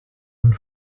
and